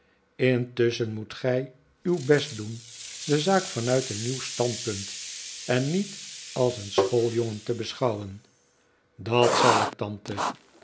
intusschen moet gij uw best doen de zaak vanuit een nieuw standpunt en niet als een schooljongen te beschouwen dat zal ik tante